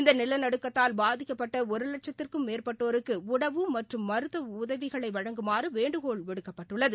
இந்தநிலநடுக்கத்தால் பாதிக்கப்பட்டஒருவட்சத்துக்கும் மேற்பட்டோருக்குஉணவு மற்றும் மருத்துவஉதவிகளைவழங்குமாறுவேண்டுகோள் விடுக்கபட்டுள்ளது